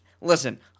listen